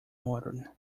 modern